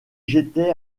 j’étais